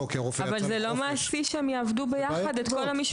כי הרופא יצא לחופשה -- אבל זה לא מעשי שהם יעבדו יחד כל המשמרות.